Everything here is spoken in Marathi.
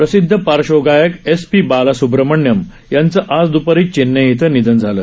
प्रसिदध पार्श्वगायक एस पी बालसुब्रमण्यम यांचं आज दुपारी चेन्नई इथं निधन झालं